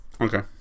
Okay